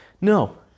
no